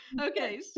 Okay